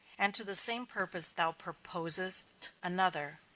and to the same purpose thou proposest another,